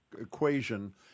equation